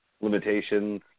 limitations